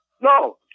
No